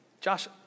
Josh